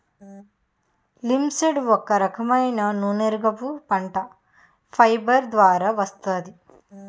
linseed ఒక రకమైన నూనెరకపు పంట, ఫైబర్ ద్వారా వస్తుంది